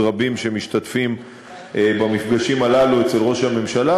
רבים שמשתתפים במפגשים הללו אצל ראש הממשלה,